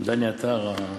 דני עטר, הימני.